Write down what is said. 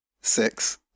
six